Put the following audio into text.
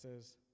says